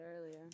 earlier